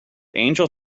angel